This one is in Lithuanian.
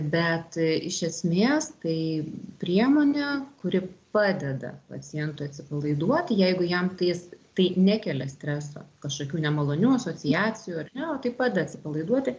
bet iš esmės tai priemonė kuri padeda pacientui atsipalaiduoti jeigu jam jis tai nekelia streso kažkokių nemalonių asociacijų ar ne o tai padeda atsipalaiduoti